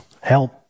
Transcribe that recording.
help